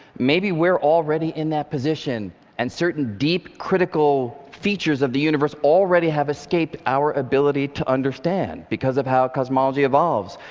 maybe we're already in that position and certain deep, critical features of the universe already have escaped our ability to understand because of how cosmology evolves.